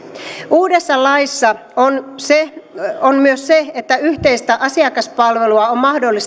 uudessa laissa on myös se että yhteistä asiakaspalvelua on mahdollista antaa